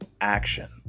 action